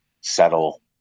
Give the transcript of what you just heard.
settle